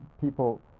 people